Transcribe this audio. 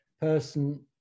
person